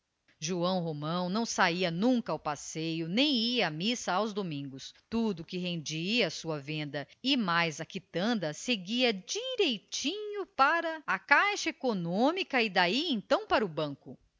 de riscado joão romão não saia nunca a passeio nem ia à missa aos domingos tudo que rendia a sua venda e mais a quitanda seguia direitinho para a caixa econômica e daí então para o banco